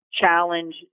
challenge